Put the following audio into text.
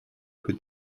who